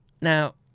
now